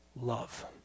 love